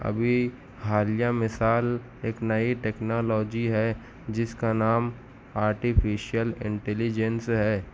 ابھی حالیہ مثال ایک نئی ٹیکنالوجی ہے جس کا نام آرٹیفیشئل انٹلیجنس ہے